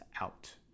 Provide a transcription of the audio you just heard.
out